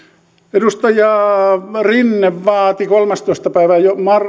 edustaja rinne vaati kolmastoista päivä